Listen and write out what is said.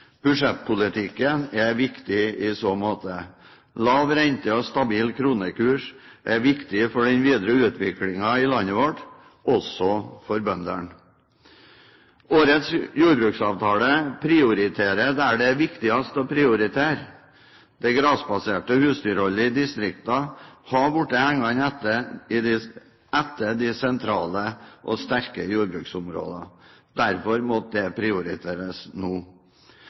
Budsjettpolitikken er viktig i så måte. Lav rente og stabil kronekurs er viktig for den videre utviklingen i landet vårt, også for bøndene. Årets jordbruksavtale prioriterer der det er viktigst å prioritere. Det grasbaserte husdyrholdet i distriktene har blitt hengende etter de sentrale og sterke jordbruksområdene. Derfor måtte dette prioriteres nå.